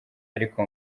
ariko